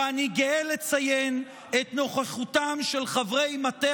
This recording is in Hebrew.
ואני גאה לציין את נוכחותם של חברי מטה